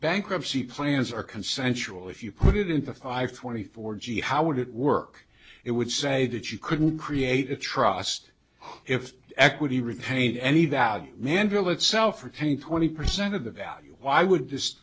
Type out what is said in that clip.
bankruptcy plans are consentual if you put it into five twenty four g how would it work it would say that you couldn't create a trust if equity repaint any value mandrill itself or paint twenty percent of the value why would